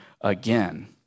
again